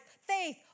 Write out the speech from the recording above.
faith